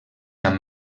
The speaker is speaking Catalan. amb